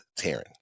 Taryn